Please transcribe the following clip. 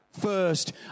first